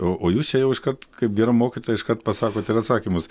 o o jūs čia jau iškart kaip gera mokytoja iškart pasakot ir atsakymus